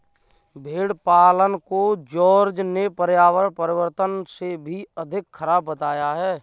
भेड़ पालन को जॉर्ज ने पर्यावरण परिवर्तन से भी अधिक खराब बताया है